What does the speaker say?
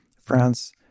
France